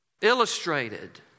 Illustrated